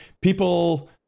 people